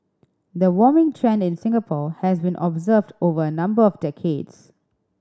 the warming trend in Singapore has been observed over a number of decades